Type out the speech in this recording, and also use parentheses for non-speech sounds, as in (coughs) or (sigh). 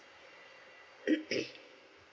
(coughs)